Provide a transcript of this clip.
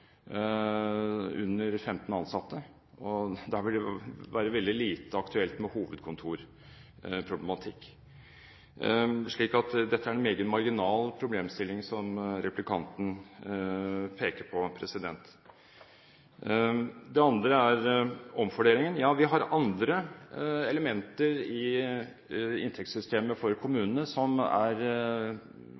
være veldig lite aktuelt med hovedkontorproblematikk. Så det er en meget marginal problemstilling som replikanten peker på. Det andre er omfordelingen. Ja, vi har andre elementer i inntektssystemet for kommunene som er